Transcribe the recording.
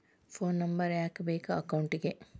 Phone number ಯಾಕೆ ಬೇಕು ಅಕೌಂಟಿಗೆ?